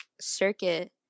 circuit